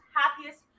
happiest